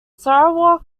sarawak